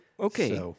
Okay